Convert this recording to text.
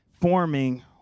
forming